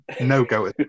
no-go